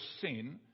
sin